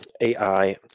AI